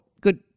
good